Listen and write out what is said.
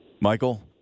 Michael